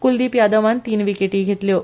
कुलदीप यादवान तीन विकेटी घेतल्यो